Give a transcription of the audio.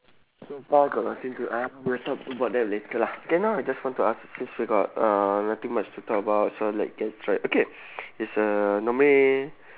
so far got nothing to ah we'll talk about that later ah K now I just want to ask since we got uh nothing much to talk about so like this right okay is uh normally